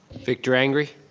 victor angry?